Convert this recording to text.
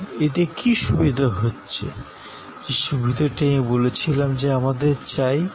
কেন এতে কী সুবিধা হচ্ছে যে সুবিধাটি আমি বলছিলাম যে আমাদের চাই